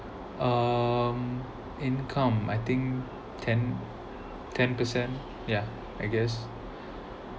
um income I think ten ten percent ya I guess